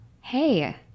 Hey